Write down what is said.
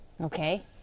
Okay